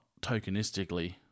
tokenistically